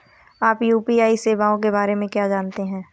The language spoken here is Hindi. आप यू.पी.आई सेवाओं के बारे में क्या जानते हैं?